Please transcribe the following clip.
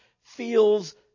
feels